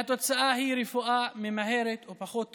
והתוצאה היא רפואה ממהרת או פחות טובה.